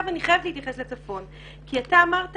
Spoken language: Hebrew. אני חייבת להתייחס לצפון כי אתה אמרת